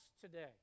today